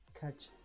catch